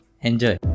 Enjoy